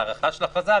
הארכה של הכרזה,